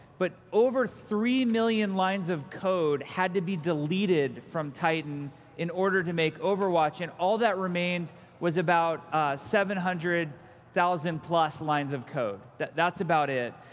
but over three million lines of code had to be deleted from titan in order to make overwatch, and all that remained was about seven hundred thousand plus lines of code. that's about it.